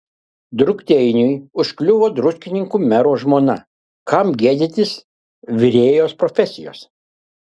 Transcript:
drukteiniui užkliuvo druskininkų mero žmona kam gėdytis virėjos profesijos